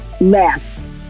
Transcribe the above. less